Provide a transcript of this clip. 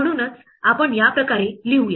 म्हणूनच आपण या प्रकारे लिहू